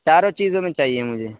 چاروں چیزوں میں چاہیے مجھے